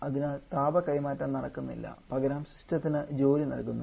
അതിനാൽ താപ കൈമാറ്റം നടക്കുന്നില്ല പകരം സിസ്റ്റത്തിന് ജോലി നൽകുന്നു